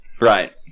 Right